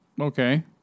Okay